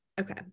Okay